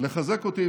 לחזק אותי,